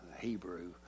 Hebrew